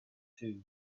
too